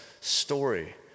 story